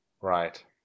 right